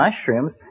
mushrooms